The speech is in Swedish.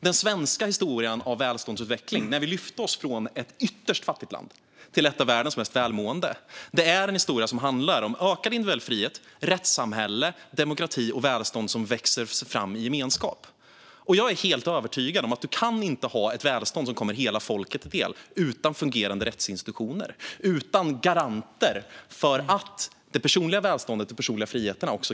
Den svenska historien av välståndsutveckling, när vi lyfte oss från ett ytterst fattigt land till ett av världens mest välmående, är en historia som handlar om ökad individuell frihet, rättssamhälle, demokrati och välstånd som växer fram i gemenskap. Jag är helt övertygad om att man inte kan ha ett välstånd som kommer hela folket till del utan fungerande rättsinstitutioner, som kan fungera som garanter för det personliga välståndet och de personliga friheterna.